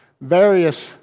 various